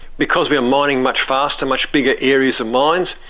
because we are mining much faster, much bigger areas of mines,